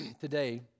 today